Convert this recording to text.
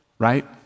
Right